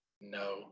No